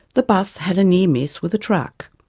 the bus had a near miss with a truck.